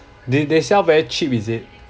they they sell very cheap is it